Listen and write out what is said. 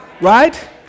right